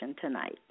tonight